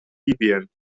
libyen